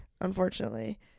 Unfortunately